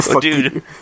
Dude